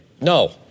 No